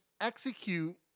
execute